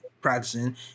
practicing